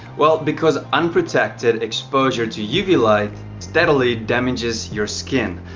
well because unprotected exposure to uv light steadily damages your skin.